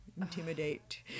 Intimidate